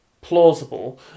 plausible